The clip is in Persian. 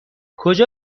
کجا